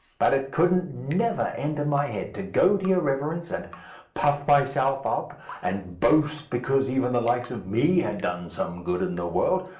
but it couldn't never enter my head to go to your reverence and puff myself up and boast because even the likes of me had done some good in the world.